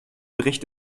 bericht